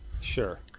Sure